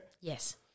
Yes